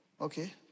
Okay